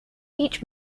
each